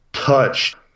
touch